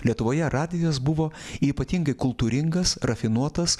lietuvoje radijas buvo ypatingai kultūringas rafinuotas